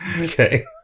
Okay